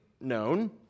known